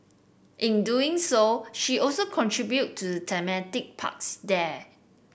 in doing so she also contributed to the thematic parks there